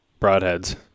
broadheads